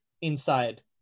inside